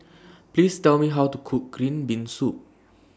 Please Tell Me How to Cook Green Bean Soup